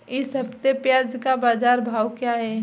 इस हफ्ते प्याज़ का बाज़ार भाव क्या है?